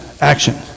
Action